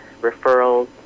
referrals